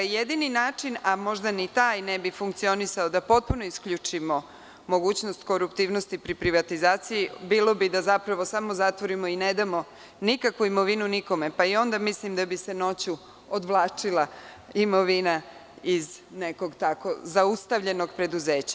Jedini način, a možda ni taj ne bi funkcionisao, da potpuno isključimo mogućnost koruptivnosti pri privatizaciji bilo bi da samo zatvorimo i ne damo nikakvu imovinu nikome, pa i onda mislim da bi se noću odvlačila imovina iz nekog tako zaustavljenog preduzeća.